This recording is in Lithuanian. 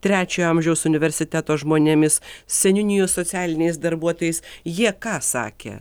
trečiojo amžiaus universiteto žmonėmis seniūnijų socialiniais darbuotojais jie ką sakė